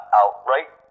outright